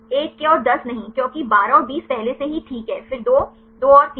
1 के और 10 नहीं क्योंकि 12 और 20 पहले से ही ठीक है फिर 22 और 3